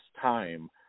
time